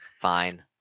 Fine